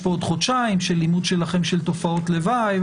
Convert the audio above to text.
פה עוד חודשיים של לימוד שלכם של תופעות לוואי.